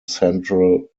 central